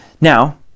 Now